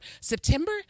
September